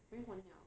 完 liao